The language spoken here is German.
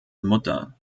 mutter